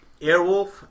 Airwolf